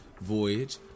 voyage